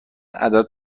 عدد